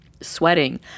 sweating